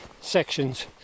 sections